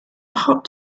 hot